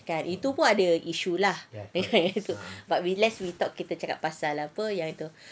itu pun ada issue lah but we less we talk kita cakap pasal apa itu lah